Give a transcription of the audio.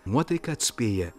nuotaika atspėja